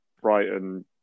Brighton